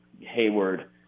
Hayward